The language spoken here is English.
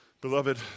Beloved